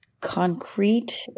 concrete